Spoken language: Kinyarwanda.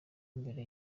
imbere